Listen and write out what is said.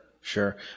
sure